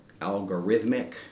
algorithmic